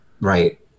Right